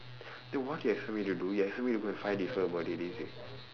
then what do you expect me to do you expect me to go and fight with her about it is it